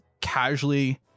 casually